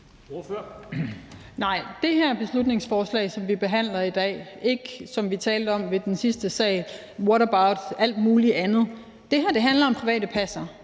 det her beslutningsforslag, som vi behandler i dag – ikke det, som vi talte om ved den sidste sag, altså hvad med alt muligt andet – handler om private passere,